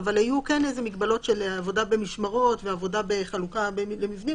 אבל היו כן איזה מגבלות של עבודה במשמרות ועבודה בחלוקה למבנים,